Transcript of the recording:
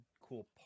cool